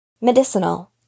medicinal